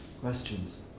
questions